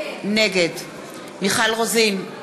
נגד מיכל רוזין,